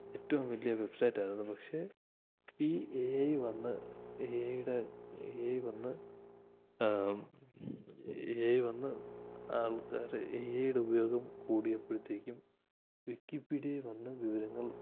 ഏറ്റോം വലിയ വെബ്സൈറ്റാരുന്നു പക്ഷേ ഈ ഏ ഐ വന്ന് ഏ ഐടെ ഏ ഐ വന്ന് എ ഐ വന്ന് ആൾക്കാർ എ ഐയുടെ ഉപയോഗം കൂടിയപ്പോഴത്തേക്കും വിക്കിപ്പീഡ്യേ വന്ന് വിവരങ്ങൾ